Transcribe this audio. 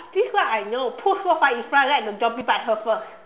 this one I know put Rou-Fan in front let the zombie bite her first